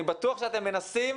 אני בטוח שאתם מנסים